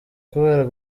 kubera